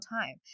time